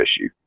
issue